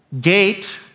Gate